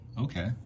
Okay